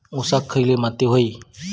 ऊसाक खयली माती व्हयी?